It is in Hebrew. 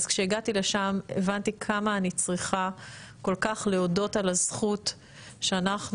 אז כשהגעתי לשם הבנתי כמה אני צריכה כל כך להודות על הזכות שאנחנו,